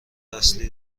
اصلی